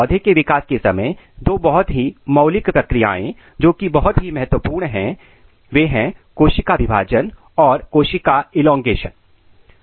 पौधे के विकास के समय दो बहुत ही मौलिक प्रक्रियाएं जो की बहुत ही महत्वपूर्ण हैं वे कोशिका विभाजन और कोशिका एलॉन्गेशन है